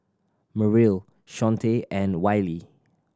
Merrill Shawnte and Wiley